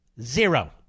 zero